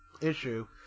issue